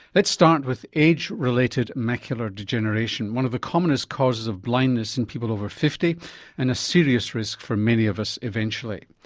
let's start with age-related macular degeneration, one of the commonest causes of blindness in people over fifty and a serious risk for many of us eventually.